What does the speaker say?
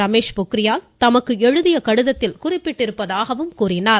ரமேஷ் பொக்கிரியால் தமக்கு எழுதிய கடிதத்தில் குறிப்பிட்டிருப்பதாகவும் கூறினார்